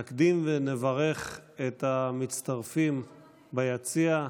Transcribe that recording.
נקדים ונברך את המצטרפים ביציע,